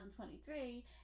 2023